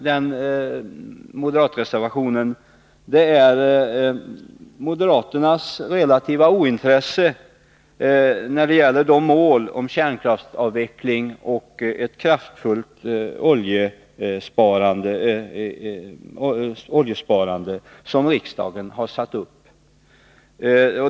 Den moderata reservationen är framför allt uttryck för moderaternas relativa ointresse när det gäller de mål om kärnkraftsavveckling och ett kraftfullt oljesparande som riksdagen har satt upp.